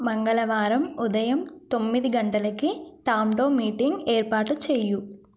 మంగళవారం ఉదయం తొమ్మిది గంటలికి టామ్టో మీటింగ్ ఏర్పాటు చెయ్యి